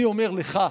את זה אני אומר לך.